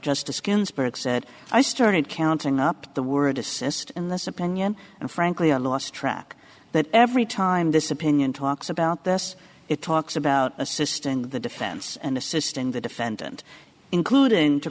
justice ginsburg said i started counting up the word assist in this opinion and frankly i lost track that every time this opinion talks about this it talks about assisting the defense and assisting the defendant including to